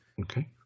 okay